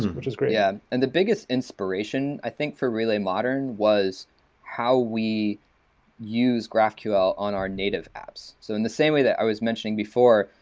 which is great. yeah. and the biggest inspiration, i think, for relay modern, was how we use graphql on our native apps. so in the same way that i was mentioning before,